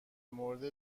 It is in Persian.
مورد